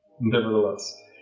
Nevertheless